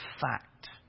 fact